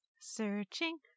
Searching